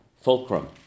fulcrum